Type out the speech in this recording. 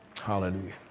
hallelujah